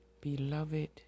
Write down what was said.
Beloved